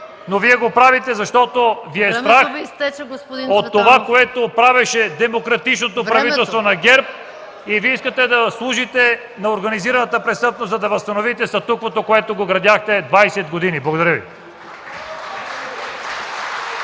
Цветанов. ЦВЕТАН ЦВЕТАНОВ: … от това, което правеше демократичното правителство на ГЕРБ и искате да служите на организираната престъпност, за да възстановите статуквото, което го градихте 20 години. Благодаря Ви.